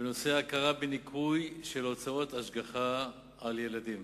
בנושא הכרה בניכוי של הוצאות השגחה על ילדים.